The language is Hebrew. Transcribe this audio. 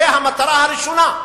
זו המטרה הראשונה.